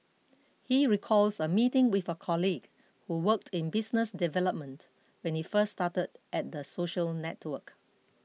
he recalls a meeting with a colleague who worked in business development when he first started at the social network